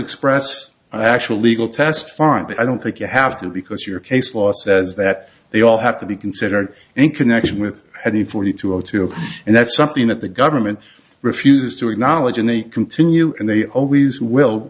express an actual legal test farrant but i don't think you have to because your case law says that they all have to be considered in connection with heavy forty two o two and that's something that the government refuses to acknowledge and they continue and they always will